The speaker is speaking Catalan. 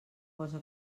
posa